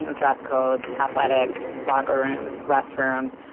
you know dress codes, athletics, locker rooms, restrooms,